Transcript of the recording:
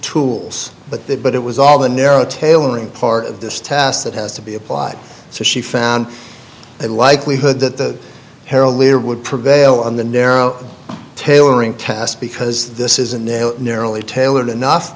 tools but that but it was all the narrow tailoring part of this task that has to be applied so she found a likelihood that the herald leader would prevail on the narrow tailoring test because this is in their narrowly tailored enough